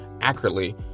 accurately